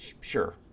sure